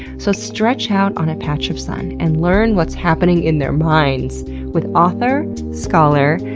so stretch out on a patch of sun and learn what's happening in their minds with author, scholar,